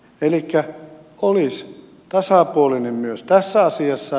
elikkä oltaisiin tasapuolisia myös tässä asiassa